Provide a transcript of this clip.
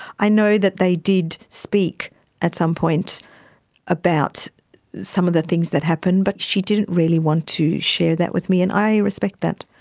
i know that they did speak at some point about some of the things that happened, but she didn't really want to share that with me, and i respect that.